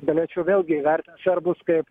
galėčiau vėlgi įvertint serbus kaip